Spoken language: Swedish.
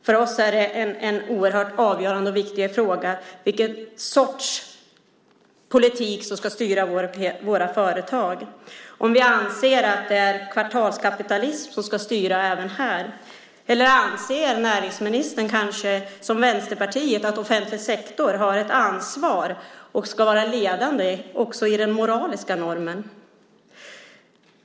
För oss är det en oerhört avgörande och viktig fråga vilken sorts politik som ska styra våra företag. Anser vi att det är kvartalskapitalism som ska styra även här, eller anser näringsministern kanske, som Vänsterpartiet, att offentlig sektor har ett ansvar och ska vara ledande också i den moraliska normen?